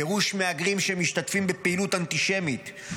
גירוש מהגרים שמשתתפים בפעילות אנטישמית,